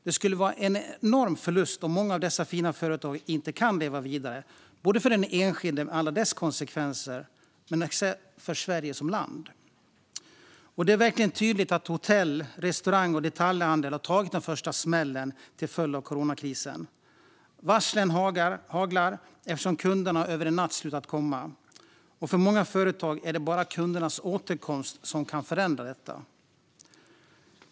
Det skulle vara en enorm förlust om många av dessa fina företag inte kan leva vidare, för den enskilde med alla konsekvenser men även för Sverige som land. Det är verkligen tydligt att hotell, restauranger och detaljhandel har tagit den första smällen till följd av coronakrisen. Varslen haglar eftersom kunderna över en natt slutat komma. För många företag är det bara kundernas återkomst som kan förändra detta.